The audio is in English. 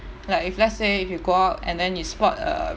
like if let's say if you go out and then you spot a